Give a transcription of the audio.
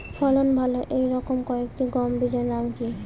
ফলন ভালো এই রকম কয়েকটি গম বীজের নাম কি?